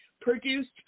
produced